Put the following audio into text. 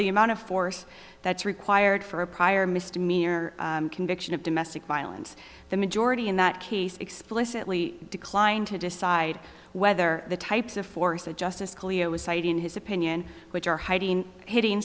the amount of force that's required for a prior misdemeanor conviction of domestic violence the majority in that case explicitly declined to decide whether the types of force that justice scalia was cited in his opinion which are hiding hitting